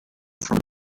from